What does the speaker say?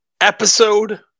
Episode